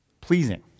Pleasing